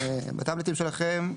בטאבלטים שלכם.